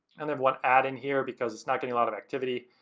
and have one ad in here because it's not getting a lot of activity,